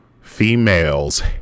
females